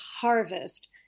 harvest